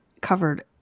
covered